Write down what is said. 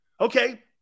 Okay